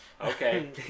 Okay